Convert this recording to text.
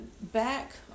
Back